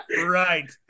right